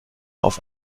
auf